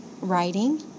writing